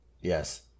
Yes